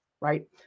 Right